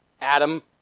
Adam